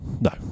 No